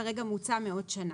כרגע מוצע מעוד שנה.